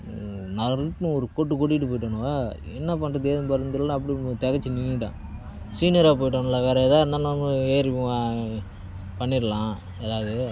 நறுக்குன்னு ஒரு கொட்டு கொட்டிவிட்டு போய்ட்டானுவோ என்ன பண்ணறது ஏது பண்ணறதுன்னு தெரிலை அப்படி திகைச்சி நின்னுவிட்டேன் சீனியராக போய்ட்டானுங்களா வேறு ஏதாக இருந்தாலும் நம்ம ஏறி பண்ணிடலாம் ஏதாவது